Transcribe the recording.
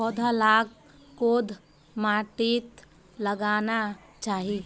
पौधा लाक कोद माटित लगाना चही?